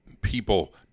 people